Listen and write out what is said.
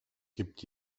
gibt